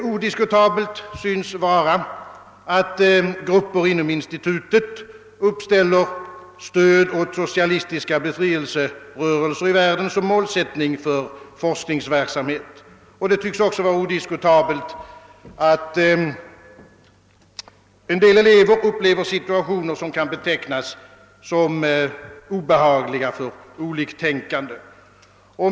Odiskutabelt synes vara att grupper inom institutet uppställer stöd åt socialistiska befrielserörelser i världen som målsättning för forskningsverksamheten, och det förefaller också odiskutabelt att en del elever upplever situationer som kan betecknas som obehagliga för oliktänkande.